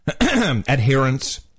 adherents